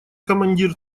командир